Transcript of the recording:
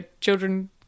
children